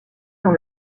dans